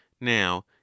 Now